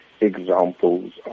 examples